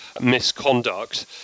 misconduct